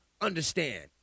understand